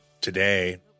today